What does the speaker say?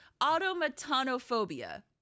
automatonophobia